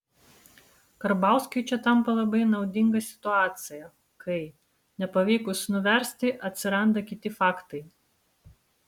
karbauskiui čia tampa labai naudinga situacija kai nepavykus nuversti atsiranda kiti faktai